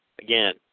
again